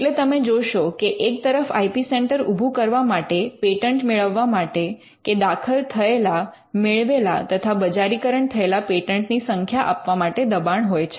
એટલે તમે જોશો કે એક તરફ આઇ પી સેન્ટર ઉભુ કરવા માટે પેટન્ટ મેળવવા માટે કે દાખલ થયેલા મેળવેલા તથા બજારીકરણ થયેલા પેટન્ટ ની સંખ્યા આપવા માટે દબાણ હોય છે